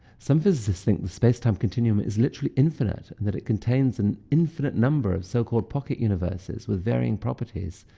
some physicists think the space-time continuum is literally infinite and that it contains an infinite number of so-called pocket universes with varying properties.